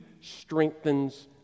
strengthens